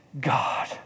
God